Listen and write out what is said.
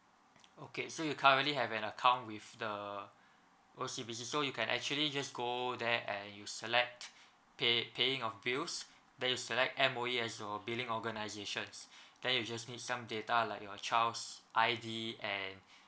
okay so you can't really have an account with the O_C_B_C so you can actually just go there and you select pay~ paying of bills then you select M_O_E as your billing organizations then you just need some data like your child's I_D and